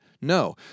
No